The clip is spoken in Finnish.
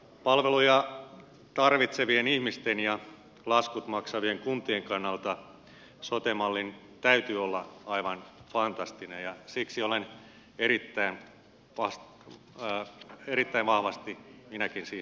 palveluja tarvitsevien ihmisten ja laskut maksavien kuntien kannalta sote mallin täytyy olla aivan fantastinen ja siksi olen erittäin vahvasti minäkin siihen sitoutunut